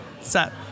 set